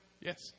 Yes